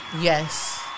Yes